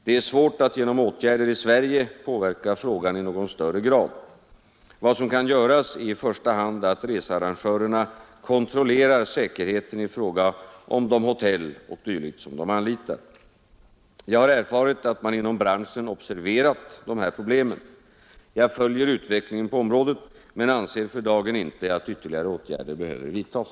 Det är svårt att genom åtgärder i Sverige påverka frågan i någon högre grad. Vad som kan göras är i första hand att researrangörerna kontrollerar säkerheten i fråga om de hotell o. d. som de anlitar. Jag har erfarit att man inom branschen observerat dessa problem. Jag följer utvecklingen på området men anser för dagen inte att ytterligare åtgärder behöver vidtas.